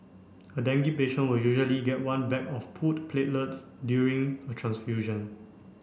a dengue patient will usually get one bag of pooled platelets during a transfusion